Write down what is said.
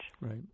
Right